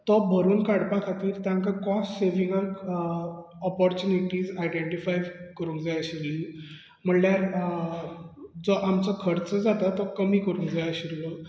तो भरून काडपा खातीर तांका कॉस्ट सेवींगाक ऑपोरचूनीटीस आयडेंटीफाय करूंक जाय आशिल्ली म्हणल्यार जो आमचो खर्च जाता तो कमी करूंक जाय आशिल्लो